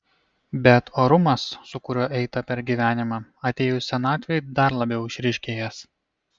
bet orumas su kuriuo eita per gyvenimą atėjus senatvei dar labiau išryškėjęs